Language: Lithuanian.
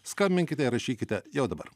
skambinkite ir rašykite jau dabar